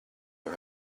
her